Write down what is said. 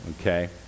Okay